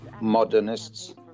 modernists